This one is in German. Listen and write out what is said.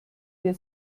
der